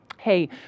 Hey